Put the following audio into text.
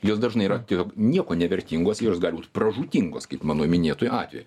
jos dažnai yra tiejog nieko nevertingos jos gali būt pražūtingos kaip mano minėtuoju atveju